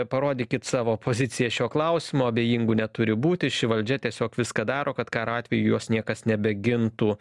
parodykit savo poziciją šiuo klausimu abejingų neturi būti ši valdžia tiesiog viską daro kad karo atveju jos niekas nebegintų